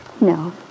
No